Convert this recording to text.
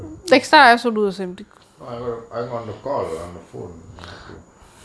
no I going to I'm going to call on the phone after